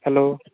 hello